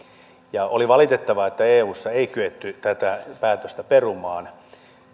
ja oli valitettavaa että eussa ei kyetty tätä päätöstä perumaan